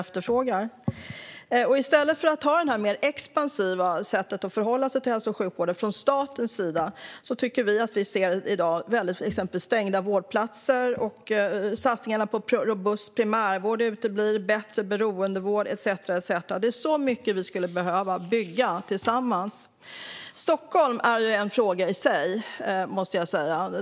I stället för ett mer expansivt sätt att förhålla sig till hälso och sjukvård från statens sida ser vi i dag exempelvis stängda vårdplatser och uteblivna satsningar på robust primärvård, bättre beroendevård etcetera. Det finns så mycket vi skulle behöva bygga tillsammans. Stockholm är en fråga för sig, måste jag säga.